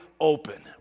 open